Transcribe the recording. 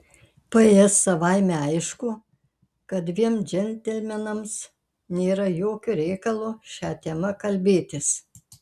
ps savaime aišku kad dviem džentelmenams nėra jokio reikalo šia tema kalbėtis